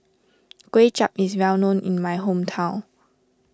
Kuay Chap is well known in my hometown